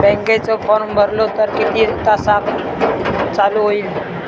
बँकेचो फार्म भरलो तर किती तासाक चालू होईत?